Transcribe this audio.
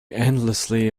endlessly